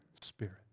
Spirit